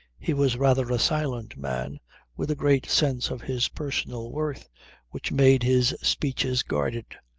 he was rather a silent man with a great sense of his personal worth which made his speeches guarded.